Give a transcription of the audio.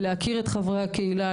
הכרה של חברי הקהילה,